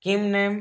scheme name